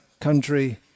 country